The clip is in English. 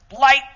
Light